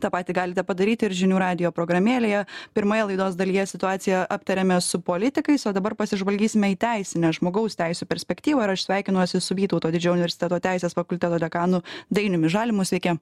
tą patį galite padaryti ir žinių radijo programėlėje pirmoje laidos dalyje situaciją aptarėme su politikais o dabar pasižvalgysime į teisinę žmogaus teisių perspektyvą ir aš sveikinuosi su vytauto didžiojo universiteto teisės fakulteto dekanu dainiumi žalimu sveiki